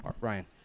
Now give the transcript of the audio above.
Ryan